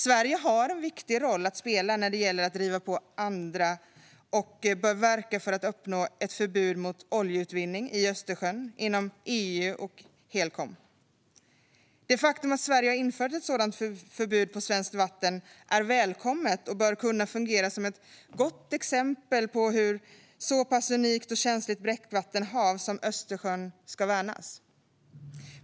Sverige har en viktig roll att spela när det gäller att driva på andra och bör verka för att uppnå ett förbud mot oljeutvinning i Östersjön inom EU och Helcom. Det faktum att Sverige har infört ett sådant förbud på svenskt vatten är välkommet och bör kunna fungera som ett gott exempel på hur ett så pass unikt och känsligt bräckvattenhav som Östersjön kan värnas.